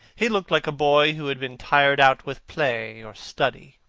he looked like a boy who had been tired out with play, or study.